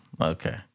Okay